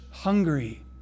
hungry